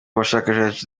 bushakashatsi